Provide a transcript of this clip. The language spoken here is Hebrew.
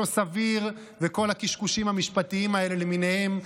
לא סביר וכל הקשקושים המשפטיים האלה למיניהם,